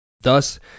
Thus